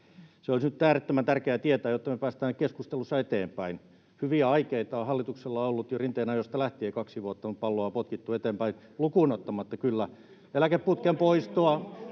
Se olisi nyt äärettömän tärkeää tietää, jotta me päästään keskustelussa eteenpäin. Hyviä aikeita on hallituksella ollut jo Rinteen ajoista lähtien, kaksi vuotta on palloa potkittu eteenpäin, lukuun ottamatta kyllä eläkeputken poistoa...